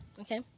okay